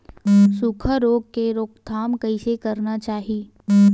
सुखा रोग के रोकथाम कइसे करना चाही?